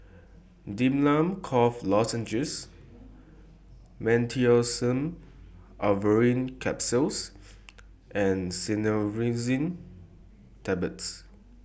Difflam Cough Lozenges Meteospasmyl Alverine Capsules and Cinnarizine Tablets